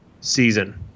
season